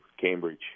Cambridge